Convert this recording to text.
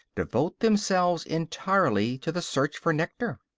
devote themselves entirely to the search for nectar.